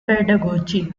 pedagogy